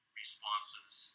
responses